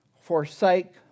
forsake